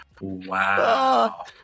wow